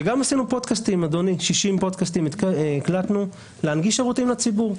הקלטנו גם 60 פודקאסטים כדי להנגיש את השירותים לציבור,